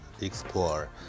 explore